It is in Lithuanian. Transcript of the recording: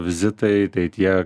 vizitai tai tie